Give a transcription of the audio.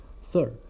Sir